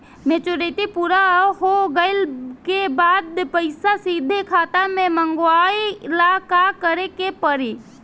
Maturity पूरा हो गइला के बाद पईसा सीधे खाता में मँगवाए ला का करे के पड़ी?